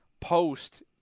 post